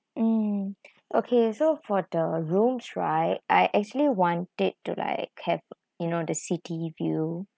mm okay so for the rooms right I actually want it to like have you know the city view